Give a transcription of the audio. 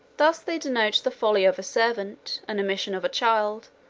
thus they denote the folly of a servant, an omission of a child,